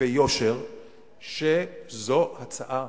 ביושר שזו הצעה הוגנת.